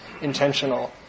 intentional